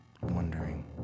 Wondering